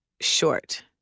short